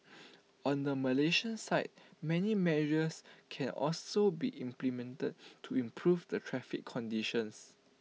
on the Malaysian side many measures can also be implemented to improve the traffic conditions